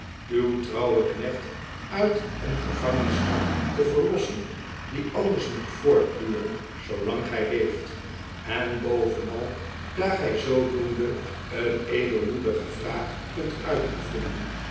uw trouwen knecht uit een gevangenschap te verlossen die anders moet voortduren zoolaiig gij leeft en bovenal daar gij zoodoende een edelmoedige wraak kunt uitoefenen